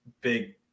big